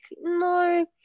no